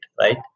right